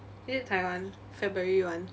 is it taiwan february [one]